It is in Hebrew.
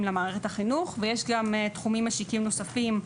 למערכת החינוך ויש גם תחומים משיקים נוספים,